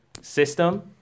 system